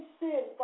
sin